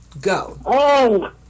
Go